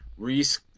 Reese